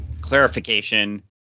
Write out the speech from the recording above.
clarification